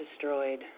destroyed